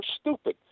stupid